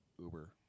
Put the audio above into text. Uber